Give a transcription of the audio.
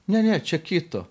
ne ne čia kito